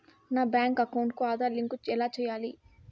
నా bank account కి Aadhaar link ఎలా సేయాలి